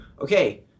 okay